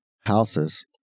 houses